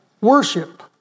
worship